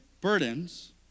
burdens